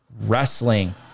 Wrestling